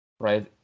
right